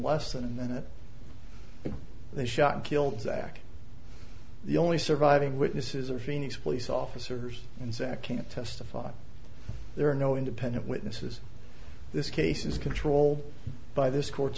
less than a minute and then shot and killed zach the only surviving witnesses are phoenix police officers and zack can't testify there are no independent witnesses this case is controlled by this court